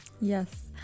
Yes